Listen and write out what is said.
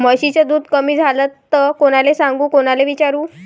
म्हशीचं दूध कमी झालं त कोनाले सांगू कोनाले विचारू?